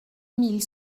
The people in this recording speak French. mille